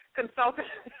consultant